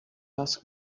ask